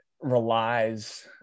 relies